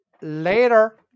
Later